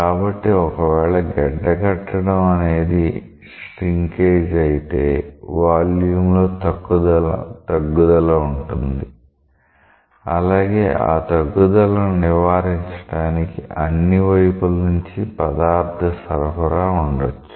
కాబట్టి ఒకవేళ గడ్డ కట్టడం అనేది శ్రిన్కేజ్ అయితే వాల్యూమ్ లో తగ్గుదల ఉంటుంది అలాగే ఆ తగ్గుదలను నివారించడానికి అన్ని వైపుల నుంచి పదార్థ సరఫరా ఉండొచ్చు